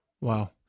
Wow